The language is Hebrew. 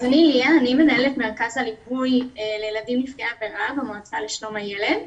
אני מנהלת מרכז הליווי לילדים נפגעי עבירה במועצה לשלום הילד.